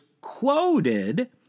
quoted